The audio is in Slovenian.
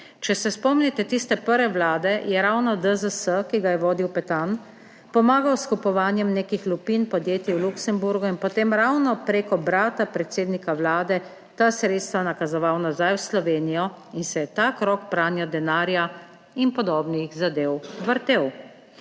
Če se spomnite tiste prve Vlade, je ravno DZS, ki ga je vodil Petan, pomagal s kupovanjem nekih lupin podjetij v Luksemburgu in potem ravno preko brata predsednika Vlade ta sredstva nakazoval nazaj v Slovenijo, in se je ta krog pranja denarja in podobnih zadev vrtel.